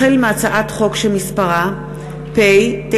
החל בהצעת חוק שמספרה פ/969/19